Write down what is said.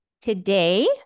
Today